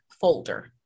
folder